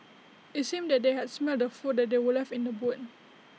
IT seemed that they had smelt the food that were left in the boot